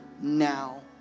now